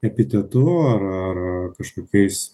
epitetu ar ar kažkokiais